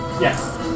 Yes